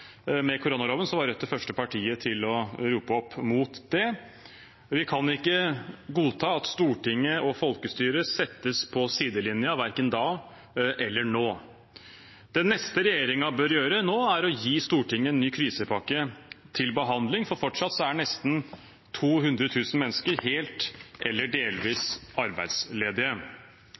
med koronaloven, var Rødt det første partiet til å rope opp mot det. Vi kan ikke godta at Stortinget og folkestyret settes på sidelinjen, verken da eller nå. Det neste regjeringen bør gjøre nå, er å gi Stortinget en ny krisepakke til behandling, for fortsatt er nesten 200 000 mennesker helt eller delvis arbeidsledige.